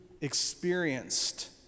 experienced